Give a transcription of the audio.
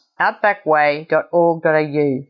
outbackway.org.au